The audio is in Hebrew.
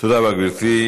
תודה רבה, גברתי.